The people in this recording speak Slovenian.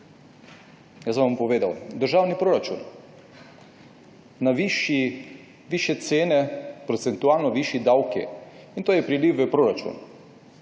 Jaz vam bom povedal. Državni proračun. Na višje cene so procentualno višji davki. In to je priliv v proračun.